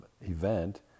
event